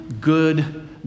good